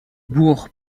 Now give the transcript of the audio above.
bourg